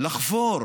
לחבור